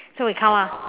so we count ah